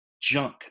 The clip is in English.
junk